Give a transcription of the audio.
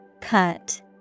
Cut